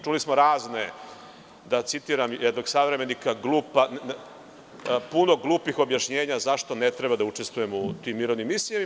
Čuli smo razne, da citiram jednog savremenika „puno glupih objašnjenja“ zašto ne treba da učestvujemo u tim mirovnim misijama.